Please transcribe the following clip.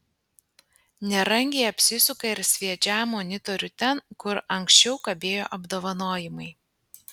nerangiai apsisuka ir sviedžią monitorių ten kur anksčiau kabėjo apdovanojimai